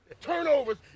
Turnovers